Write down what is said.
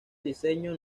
diseño